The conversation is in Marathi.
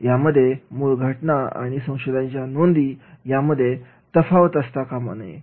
यामध्ये मूल घटना आणि संशोधनाच्या नोंदी यामध्ये तफावत असता कामा नये